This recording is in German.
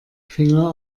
finger